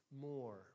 more